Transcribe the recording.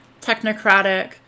technocratic